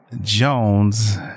Jones